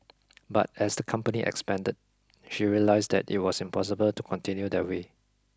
but as the company expanded she realised that it was impossible to continue that way